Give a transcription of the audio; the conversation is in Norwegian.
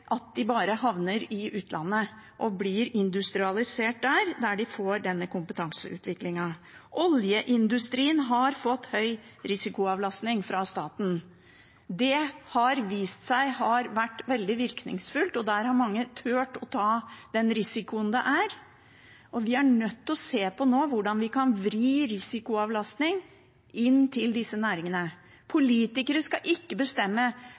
blir industrialisert der, og at de der får denne kompetanseutviklingen. Oljeindustrien har fått høy risikoavlastning fra staten. Det har vist seg å være veldig virkningsfullt, og mange har turt å ta risikoen. Vi er nødt til nå å se på hvordan vi kan vri risikoavlastning inn mot disse næringene. Politikere skal ikke bestemme